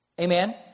Amen